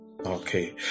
Okay